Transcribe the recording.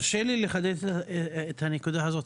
תרשה לי לחדד את הנקודה הזאת,